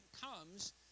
comes